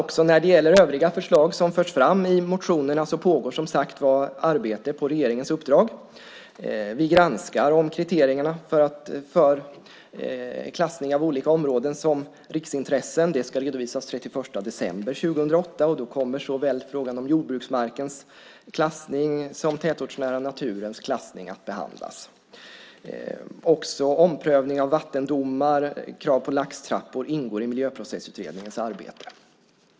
Också när det gäller övriga förslag som har förts fram i motionerna pågår som sagt var arbete på regeringens uppdrag. Vi granskar kriterierna för klassning av olika områden som riksintressen. Det ska redovisas den 31 december 2008. Då kommer såväl frågan om jordbruksmarkens klassning som den tätortsnära naturens klassning att behandlas. Också omprövning av vattendomar och krav på laxtrappor ingår i Miljöprocessutredningens arbete.